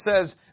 says